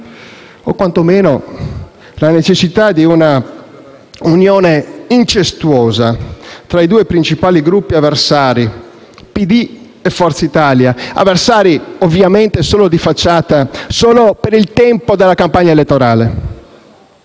o, quantomeno, di una unione incestuosa tra i due principali gruppi avversari, Partito democratico e Forza Italia, avversari ovviamente solo di facciata, solo per il tempo della campagna elettorale.